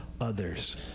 others